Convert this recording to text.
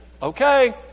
Okay